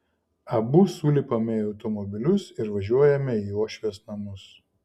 abu sulipame į automobilius ir važiuojame į uošvės namus